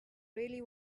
really